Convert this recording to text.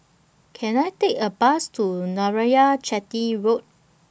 Can I Take A Bus to Narayanan Chetty Road